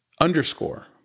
underscore